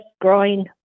growing